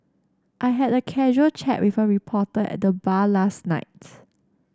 I had a casual chat with a reporter at the bar last night